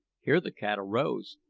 here the cat arose,